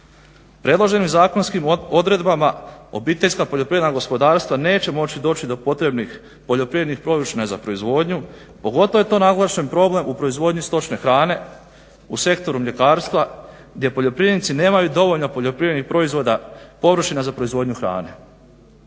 Predloženim zakonskim odredbama OPG-ovi neće moći doći do potrebnih poljoprivrednih površina za proizvodnju pogotovo je to naglašen problem u proizvodnji stočne hrane u sektoru mljekarstva gdje poljoprivrednici nemaju dovoljno poljoprivrednih proizvoda površina za proizvodnju hrane.